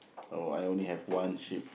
oh I only have one ship